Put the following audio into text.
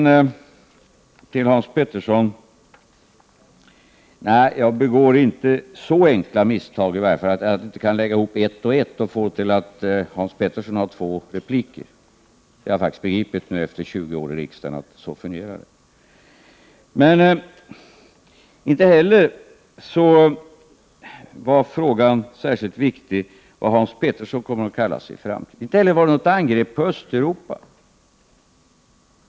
Jag vill till Hans Petersson säga att jag i varje fall inte begår så enkla misstag att jag inte kan lägga ihop ett och ett och få det till att Hans Petersson har rätt till två repliker. Jag har faktiskt efter 20 år i riksdagen begripit hur det fungerar. Frågan om vad Hans Petersson kommer att kalla sig i framtiden är inte särskilt viktig, och inte heller var det jag sade något angrepp på Östeuropa.